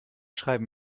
schreiben